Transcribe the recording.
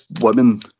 women